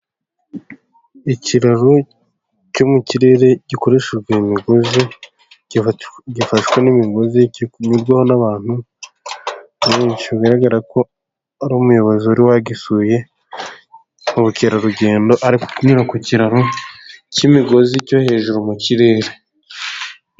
Ikiraro cyo mu kirere gikoreshejwe imigozi. Gifashwe n'imigozi, kiri kunyurwaho n'abantu benshi. Bigaragara ko hari umuyobozi wari wagisuye mu bukerarugendo, ari kunyura ku kiraro cy'imigozi cyo hejuru mu kirere.